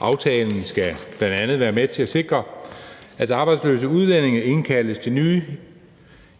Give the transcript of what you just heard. Aftalen skal bl.a. være med til at sikre, at arbejdsløse udlændinge indkaldes til nye